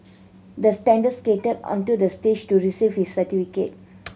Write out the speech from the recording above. the standard skated onto the stage to receive his certificate